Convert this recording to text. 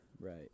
Right